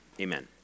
Amen